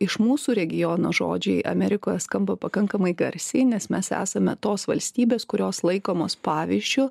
iš mūsų regiono žodžiai amerikoje skamba pakankamai garsiai nes mes esame tos valstybės kurios laikomos pavyzdžiu